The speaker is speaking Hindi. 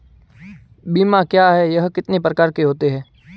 बीमा क्या है यह कितने प्रकार के होते हैं?